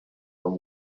from